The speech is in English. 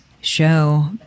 show